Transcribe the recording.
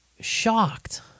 shocked